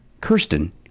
Kirsten